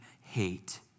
hate